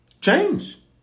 change